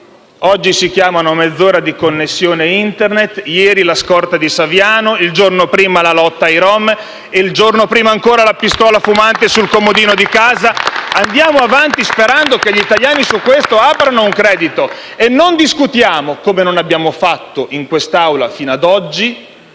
oggi si chiamano mezz'ora di connessione Internet; ieri la scorta di Saviano; il giorno prima la lotta ai rom; il giorno prima ancora la pistola fumante sul comodino di casa. *(Applausi dal Gruppo PD).* Andiamo avanti sperando che gli italiani su questo aprano un credito, e non discutiamo - come non abbiamo fatto in quest'Assemblea fino a oggi